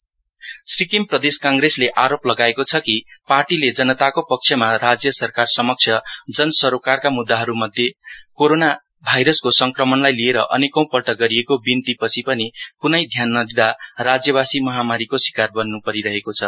सिक्किम प्रदेश कंग्रेस सिक्किम प्रदेश कंग्रेशले आरोप लगाएको छ की पार्टीले जनताको पक्षमा राज्य सरकारसमक्ष जन सरोकारका मुद्धाहरुमध्ये कोरोना भाइरसको स्क्रमणलाई लिएर अनेकौंपल्ट गरिएको बिन्ती पछि पनि कुनै ध्यान नँदिदा राज्यवासी महामारीको शिकार बन्नपरिरहेको छ